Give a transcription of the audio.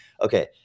okay